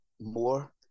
more